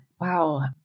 Wow